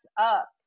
up